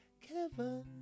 Kevin